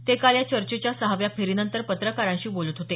ते काल या चर्चेच्या सहाव्या फेरीनंतर पत्रकारांशी बोलत होते